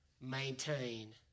maintain